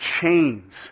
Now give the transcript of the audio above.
chains